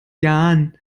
jahren